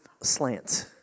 slant